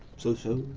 so so.